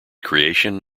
creation